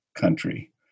country